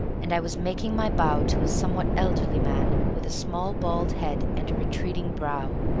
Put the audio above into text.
and i was making my bow to a somewhat elderly man with a small bald head and a retreating brow.